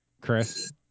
Chris